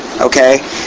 okay